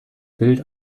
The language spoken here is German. bild